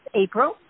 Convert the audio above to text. April